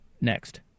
Next